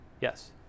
Yes